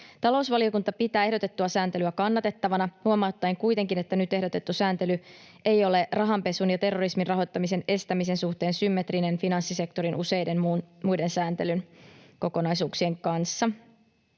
Talousvaliokunta pitää ehdotettua sääntelyä kannatettavana, huomauttaen kuitenkin, että nyt ehdotettu sääntely ei ole rahanpesun ja terrorismin rahoittamisen estämisen suhteen symmetrinen finanssisektorin muun sääntelyn kanssa.